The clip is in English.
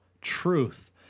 truth